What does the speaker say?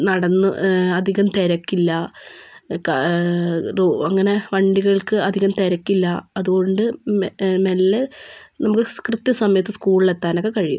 നടന്നു അധികം തിരക്കില്ല അങ്ങനെ വണ്ടികൾക്ക് അധികം തിരക്കില്ല അതുകൊണ്ട് മെല്ലെ നമുക്ക് കൃത്യസമയത്ത് സ്കൂളിൽ എത്താനൊക്കെ കഴിയും